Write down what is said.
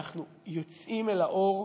אנחנו יוצאים אל האור,